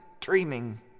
dreaming